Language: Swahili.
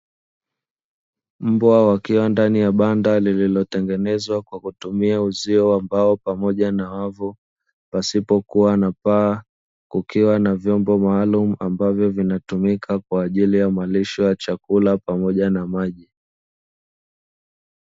Mbwa, wakiwa ndani ya banda lililotengenezwa kwa kutumia uzio wa mbao pamoja na wavu, pasipokuwa na paa, kukiwa na vyombo maalumu ambavyo vinatumika kwa ajili ya malisho ya chakula pamoja na maji.